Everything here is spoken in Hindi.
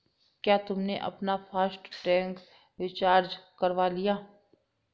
क्या तुमने अपना फास्ट टैग रिचार्ज करवा लिया है?